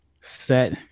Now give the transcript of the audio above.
set